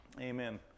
Amen